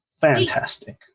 Fantastic